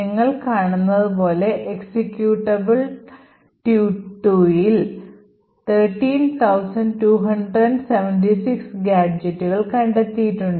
നിങ്ങൾ കാണുന്നതു പോലെ എക്സിക്യൂട്ടബിൾ tut2 ൽ 13276 ഗാഡ്ജെറ്റുകൾ കണ്ടെത്തിയിട്ടുണ്ട്